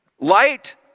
Light